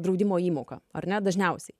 draudimo įmoka ar ne dažniausiai